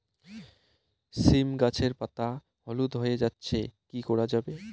সীম গাছের পাতা হলুদ হয়ে যাচ্ছে কি করা যাবে?